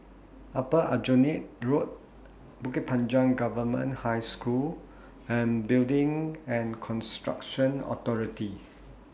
Upper Aljunied Road Bukit Panjang Government High School and Building and Construction Authority